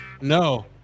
No